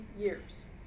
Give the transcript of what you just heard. years